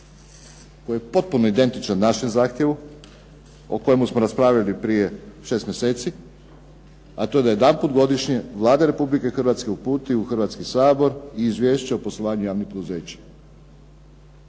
koji je potpuno identičan našem zahtjevu o kojemu smo raspravljali prije 6 mjeseci, a to je da jedanput godišnje Vlada Republike Hrvatske uputi u Hrvatski sabor i izvješće o poslovanju javnih poduzeća.